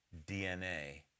DNA